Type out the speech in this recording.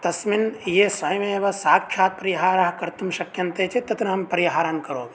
तस्मिन् ये स्वयमेव साक्षात् परिहाराः कर्तुं शक्यन्ते चेत् तत्र अहं परिहारान् करोमि